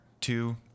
two